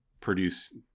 produce